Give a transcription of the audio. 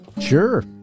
sure